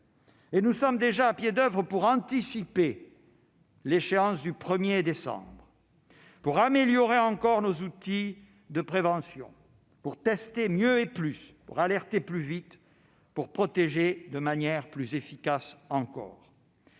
Nous sommes déjà à pied d'oeuvre pour anticiper l'échéance du 1 décembre, pour améliorer encore nos outils de prévention, pour tester mieux et plus, pour alerter plus vite, pour protéger de manière plus efficace, pour